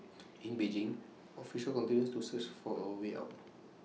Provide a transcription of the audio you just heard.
in Beijing officials continue to search for A way out